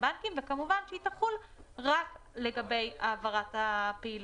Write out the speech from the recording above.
במקרים שבהם הבנקים לא מקיימים את דרישות החוק,